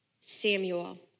Samuel